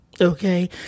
Okay